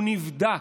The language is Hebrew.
הוא נבדק.